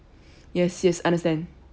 yes yes understand